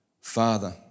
Father